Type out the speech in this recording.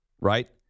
right